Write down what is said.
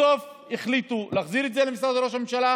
בסוף החליטו להחזיר את זה למשרד ראש הממשלה.